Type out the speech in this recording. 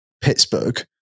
Pittsburgh